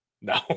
No